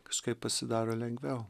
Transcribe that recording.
kažkaip pasidaro lengviau